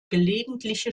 gelegentliche